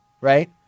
Right